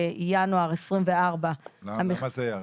בינואר 2024 --- למה זה ירד?